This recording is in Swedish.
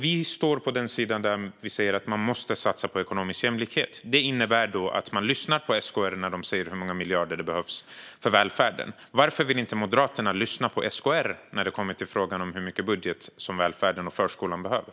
Vi väljer att satsa på ekonomisk jämlikhet, vilket innebär att vi lyssnar på SKR när man säger hur många miljarder välfärden behöver. Varför lyssnar inte Moderaterna på SKR när det gäller hur mycket pengar välfärden behöver?